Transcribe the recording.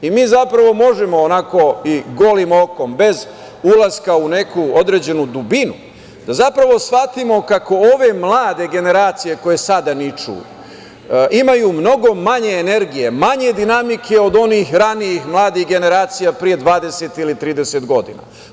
Mi, zapravo, možemo onako i golim okom bez ulaska u neku određenu dubinu da zapravo shvatimo kako ove mlade generacije koje sada niču, imaju mnogo manje energije, manje dinamike od onih ranijih mladih generacija pre 20 ili 30 godina.